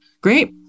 Great